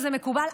וזה מקובל,